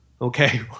Okay